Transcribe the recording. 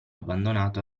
abbandonato